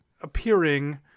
appearing